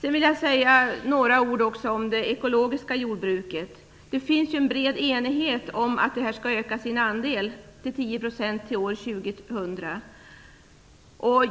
Jag vill också säga några ord om det ekologiska jordbruket. Det finns en bred enighet om att det skall öka sin andel till 10 % till år 2000.